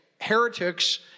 heretics